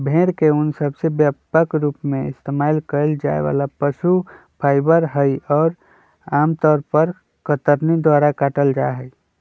भेड़ के ऊन सबसे व्यापक रूप से इस्तेमाल कइल जाये वाला पशु फाइबर हई, और आमतौर पर कतरनी द्वारा काटल जाहई